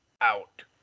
out